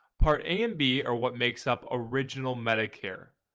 part a and b or what makes up original medicare.